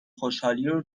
خوشحالیو